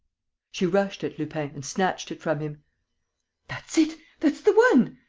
she rushed at lupin and snatched it from him that's it that's the one!